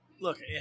Look